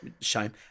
Shame